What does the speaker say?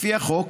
לפי החוק,